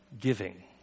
giving